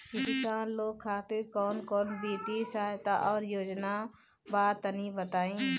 किसान लोग खातिर कवन कवन वित्तीय सहायता और योजना बा तनि बताई?